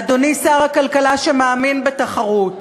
ואדוני שר הכלכלה שמאמין בתחרות.